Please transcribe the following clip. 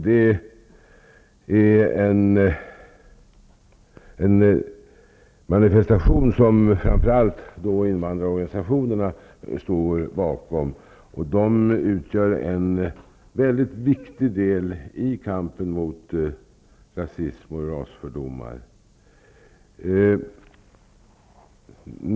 Det är en manifestation som framför allt invandrarorganisationerna står bakom, och de utgör en mycket viktig del i kampen mot rasism och rasfördomar.